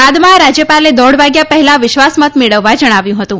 બાદમાં રાજ્યપાલે દોઢ વાગ્યા પહેલા વિશ્વાસ મત મેળવવા જણાવ્યું હતું